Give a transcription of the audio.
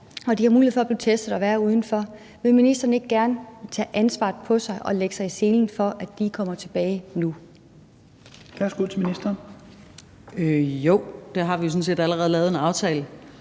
Når de har mulighed for at blive testet og være udenfor, vil ministeren så ikke gerne tage ansvaret på sig og lægge sig i selen for, at de kommer tilbage nu? Kl. 16:26 Tredje næstformand (Rasmus Helveg Petersen):